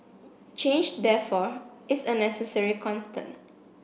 change therefore is a necessary constant